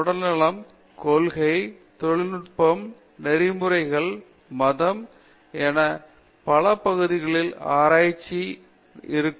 உடல்நலம் கொள்கை தொழில்நுட்பம் நெறிமுறைகள் மதம் என பல பகுதிகளில் ஆராய்ச்சி இருக்கும்